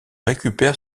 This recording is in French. récupère